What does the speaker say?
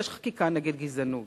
יש חקיקה נגד גזענות,